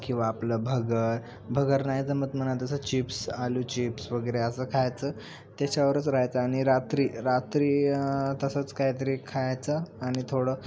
किंवा आपलं भगर भगर नाही जमत म्हणा तसं चिप्स आलू चिप्स वगैरे असं खायचं त्याच्यावरच राहायचं आणि रात्री रात्री तसंच कायतरी खायचं आणि थोडं